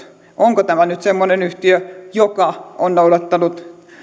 onko tämä nyt semmoinen yhtiö joka on noudattanut